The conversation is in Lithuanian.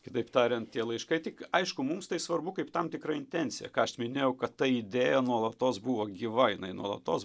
kitaip tariant tie laiškai tik aišku mums tai svarbu kaip tam tikra intencija ką aš minėjau kad ta idėja nuolatos buvo gyva jinai nuolatos